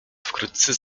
wkrótce